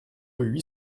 huit